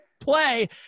play